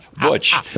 Butch